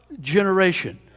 generation